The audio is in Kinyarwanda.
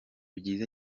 byiza